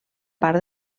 part